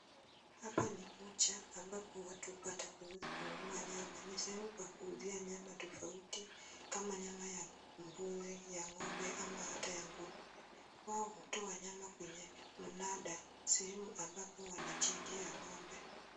Hapa ni bucha ambapo watu hupata kununua nyama. Ni sehemu pa kuuzia nyama tofauti kama nyama ya mbuzi, ya ng'ombe ama hata ya nguruwe. Wao hutoa nyama kwenye mnada, sehemu ambapo wanachinjia ng'ombe.